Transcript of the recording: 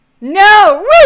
No